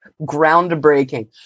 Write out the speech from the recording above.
groundbreaking